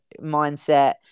mindset